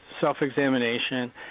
self-examination